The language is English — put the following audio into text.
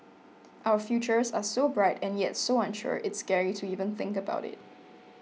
our futures are so bright and yet so unsure it's scary to even think about it